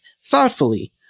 thoughtfully